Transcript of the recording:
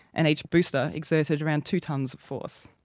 and each booster exerted around two tons of force.